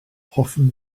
hoffwn